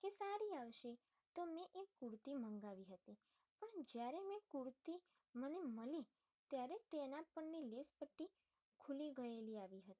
કે સારી આવશે તો મેં એ કુર્તી મંગાવી હતી પણ જ્યારે મેં એ કુર્તી મને મળી ત્યારે તેના પરની લેસ પટ્ટી ખુલી ગએલી આવી હતી